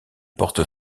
porte